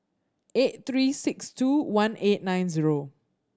eight three six two one eight nine zero